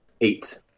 Eight